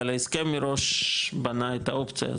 אבל ההסכם מראש בנה את האופציה הזאת.